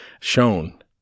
shown